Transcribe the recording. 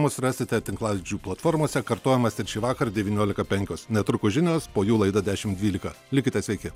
mus rasite tinklalaidžių platformose kartojimas ir šįvakar devyniolika penkios netrukus žinios po jų laida dešimt dvylika likite sveiki